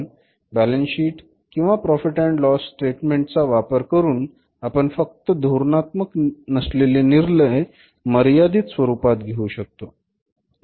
पण balance sheet किंवा profit and loss statement चा वापर करून आपण फक्त धोरणात्मक नसलेले निर्णय मर्यादित स्वरूपात घेऊ शकतो